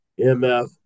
mf